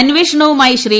അന്വേഷണവുമായി ശ്രീ